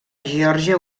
geòrgia